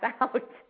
out